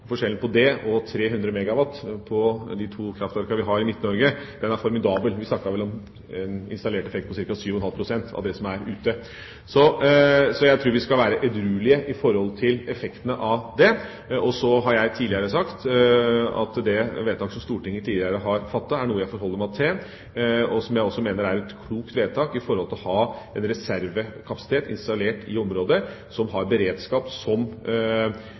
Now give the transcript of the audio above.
og de 300 megawatt fra de to kraftverkene vi har i Midt-Norge – er formidabel. Vi snakker vel om en installert effekt på ca. 7,5 pst. av det som er ute. Så jeg tror vi skal være edruelige i forhold til effekten av det. Så har jeg sagt at det vedtaket som Stortinget tidligere har fattet, er noe jeg forholder meg til, og som jeg også mener er et klokt vedtak for å ha en reservekapasitet installert i området, som har beredskap som